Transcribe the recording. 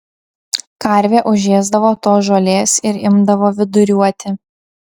karvė užėsdavo tos žolės ir imdavo viduriuoti